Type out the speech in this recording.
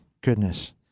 goodness